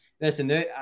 listen